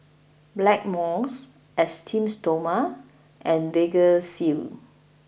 Blackmores Esteem Stoma and Vagisil